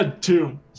Two